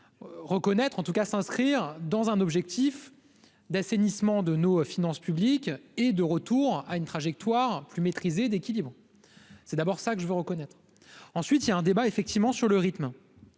reconnaître, en tout cas, s'inscrire dans un objectif d'assainissement de nos finances publiques est de retour à une trajectoire plus maîtrisé, d'équilibre, c'est d'abord ça que je veux reconnaître, ensuite il y a un débat effectivement sur le rythme,